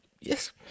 Yes